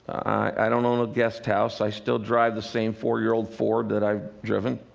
i don't own a guesthouse. i still drive the same four year-old ford that i've driven.